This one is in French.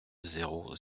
zéro